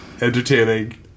entertaining